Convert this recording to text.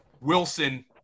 Wilson